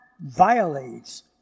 violates